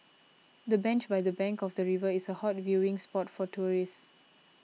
the bench by the bank of the river is a hot viewing spot for tourists